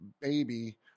baby